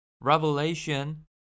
Revelation